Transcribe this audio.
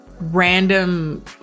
random